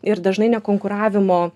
ir dažnai nekonkuravimo